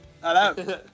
Hello